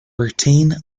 routine